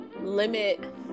limit